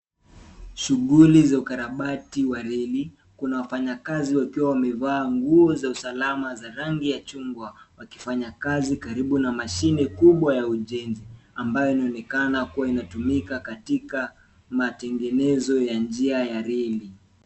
Shughuli za ukarabati wa reli. Kuna wafanyikazi wakiwa wamevaa nguo za usalama za rangi ya chungwa wakifanya kazi karibu na mashine kubwa ya ujenzi ambayo inaonekana kuwa inatumika katika matengenezo ya njia ya reli.